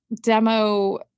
demo